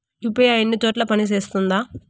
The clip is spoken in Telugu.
యు.పి.ఐ అన్ని చోట్ల పని సేస్తుందా?